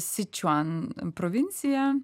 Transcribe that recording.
sičiu an provincija